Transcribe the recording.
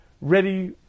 ready